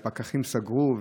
ופקחים סגרו,